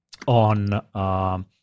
on